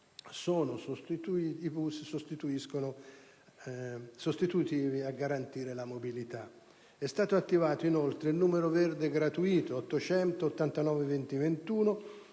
sono i bus sostitutivi a garantire la mobilità. È stato attivato, inoltre, il numero verde gratuito 800 892021